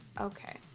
Okay